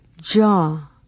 jaw